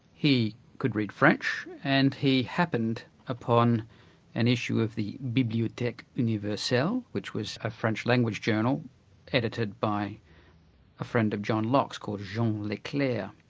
he could read french, and he happened upon an issue of the biblioteque universelle, which was a french language journal edited by a friend of john locke's called jean um like leclerc.